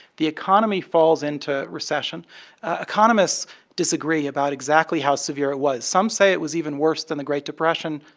the economy falls into recession economists disagree about exactly how severe it was. some say it was even worse than the great depression.